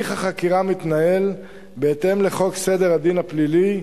הליך החקירה מתנהל בהתאם לחוק סדר הדין הפלילי ,